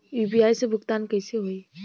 UPI से भुगतान कइसे होहीं?